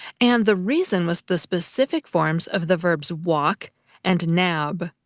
and the reason was the specific forms of the verbs walk and nab.